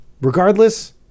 Regardless